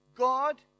God